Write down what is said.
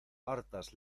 hartas